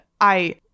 I-